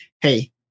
hey